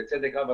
בצדק רב,